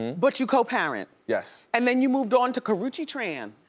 but you co-parent? yes. and then you moved on to karrueche tran.